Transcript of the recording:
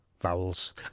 vowels